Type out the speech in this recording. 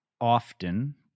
often